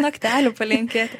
naktelių palinkėti